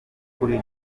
ukuri